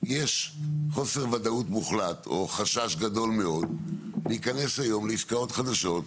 יש חוסר וודאות מוחלט או חשש גדול מאוד להיכנס היום לעסקאות חדשות.